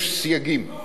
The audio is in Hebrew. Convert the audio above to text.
יש סייגים.